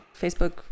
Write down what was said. facebook